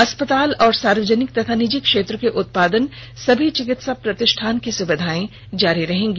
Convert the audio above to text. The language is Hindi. अस्पताल और सार्वजनिक एवं निजी क्षेत्र के उत्पादन सभी चिकित्सा प्रतिष्ठान की सुविधाएं जारी रहेंगी